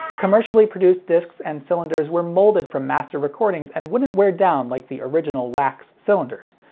commercially produced discs and cylinders were molded from master recordings, and wouldn't wear down like the original wax cylinders.